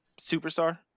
superstar